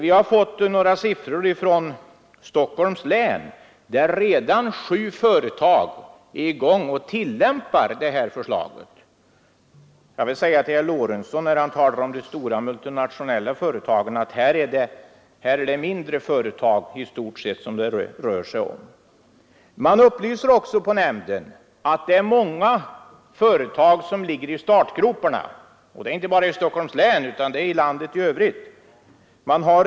Enligt siffror från Stockholms län har sju företag redan börjat tillämpa system med bidrag enligt förevarande förslag. Herr Lorentzon talade om de stora multinationella företagen, men här rör det sig i stort sett om mindre företag. Man har på länsarbetsnämnden i Stockholm upplyst om att ytterligare många företag ligger i startgropparna, inte bara i Stockholms län utan också i landet i övrigt.